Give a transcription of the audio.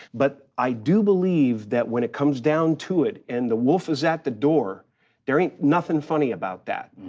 but i do believe that when it comes down to it and the wolf is at the door there ain't nothing funny about that.